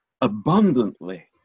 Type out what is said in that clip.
abundantly